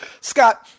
Scott